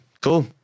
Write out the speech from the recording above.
Cool